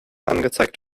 angezeigt